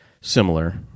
similar